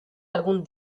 algún